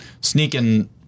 Sneaking